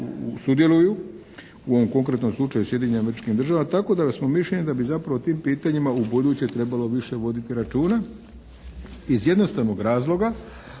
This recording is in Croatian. sudjeluju, u ovom konkretnom slučaju Sjedinjene Američke Države. Tako da smo mišljenja da bi zapravo o tim pitanjima u buduće trebalo više voditi računa iz jednostavnog razloga